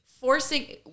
forcing